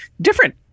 different